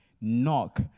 Knock